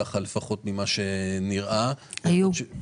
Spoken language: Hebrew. היו.